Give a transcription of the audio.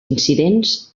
incidents